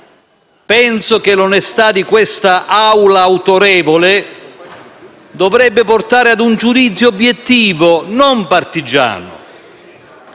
Penso che l'onestà di questa Assemblea autorevole dovrebbe portare ad un giudizio obiettivo, non partigiano,